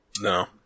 No